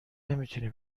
نمیتونی